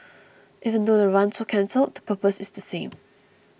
even though the runs are cancelled the purpose is the same